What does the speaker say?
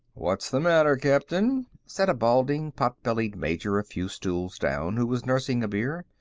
what's the matter, captain? said a balding, potbellied major a few stools down, who was nursing a beer.